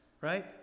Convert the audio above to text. right